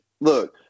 look—